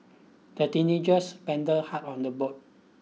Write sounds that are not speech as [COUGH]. the teenagers [UNINTELLIGIBLE] hard on the boat